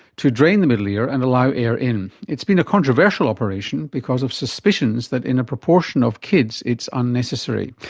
to drain the middle ear and allow air in. it's been a controversial operation because of suspicions that in a proportion of kids, it's unnecessary.